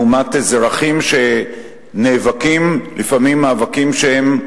לעומת אזרחים שנאבקים לפעמים מאבקים שהם סמליים,